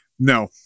No